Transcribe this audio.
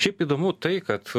šiaip įdomu tai kad